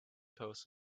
post